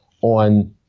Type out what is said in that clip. on